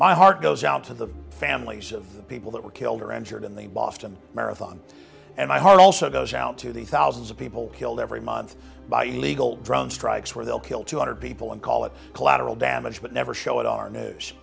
my heart goes out to the families of the people that were killed or injured in the boston marathon and my heart also goes out to the thousands of people killed every month by illegal strikes where they'll kill two hundred people and call it collateral damage but never show it our n